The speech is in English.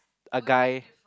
a guy